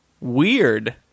weird